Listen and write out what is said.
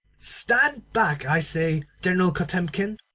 stand back, i say, general kotemkin!